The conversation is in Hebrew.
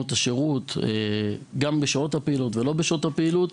את השירות בשעות הפעילות ולא בשעות הפעילות,